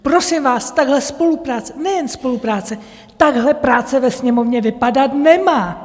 Prosím vás, takhle spolupráce, nejen spolupráce, takhle práce ve Sněmovně vypadat nemá.